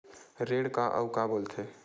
ऋण का अउ का बोल थे?